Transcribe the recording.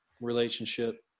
relationship